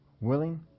willing